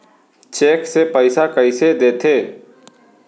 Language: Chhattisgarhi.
चेक से पइसा कइसे देथे?